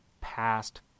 past